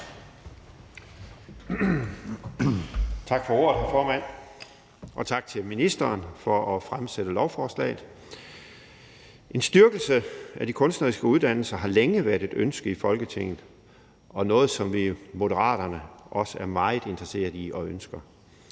Tak for ordet, hr. formand, og tak til ministeren for at fremsætte lovforslaget. En styrkelse af de kunstneriske uddannelser har længe været et ønske i Folketinget og noget, som vi i Moderaterne også er meget interesserede i og ønsker.